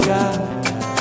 God